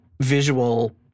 visual